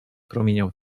promieniał